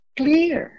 clear